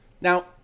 Now